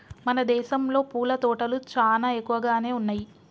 మన దేసంలో పూల తోటలు చానా ఎక్కువగానే ఉన్నయ్యి